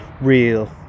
real